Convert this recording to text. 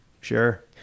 Sure